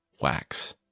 Wax